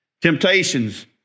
temptations